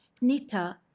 Nita